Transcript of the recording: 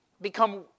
become